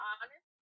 honest